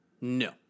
No